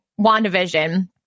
wandavision